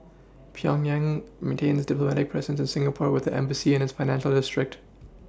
Pyongyang maintains a diplomatic presence in Singapore with an embassy in its financial district